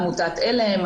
עמותת "עלם",